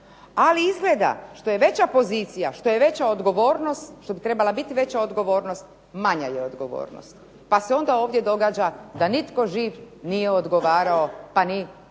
Ali izgleda što je veća pozicija, što je veća odgovornost, što bi trebala biti veća odgovornost, manja je odgovornost. Pa se onda ovdje događa da nitko živ nije odgovarao, pa ni na ovakav